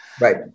right